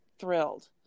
thrilled